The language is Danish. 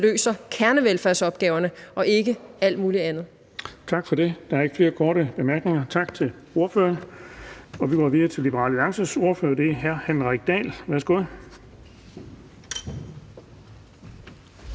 løser kernevelfærdsopgaverne og ikke alt muligt andet. Kl. 16:56 Den fg. formand (Erling Bonnesen): Der er ikke flere korte bemærkninger. Tak til ordføreren. Vi går videre til Liberal Alliances ordfører, og det er hr. Henrik Dahl. Værsgo.